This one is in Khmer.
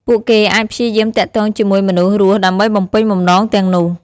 ពួកគេអាចព្យាយាមទាក់ទងជាមួយមនុស្សរស់ដើម្បីបំពេញបំណងទាំងនោះ។